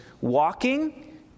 walking